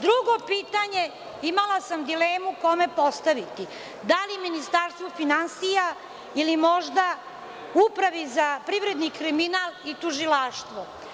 Drugo pitanje, imala sam dilemu kome postaviti, da li Ministarstvu finansija ili možda Upravi za privredni kriminal i tužilaštvo.